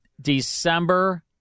December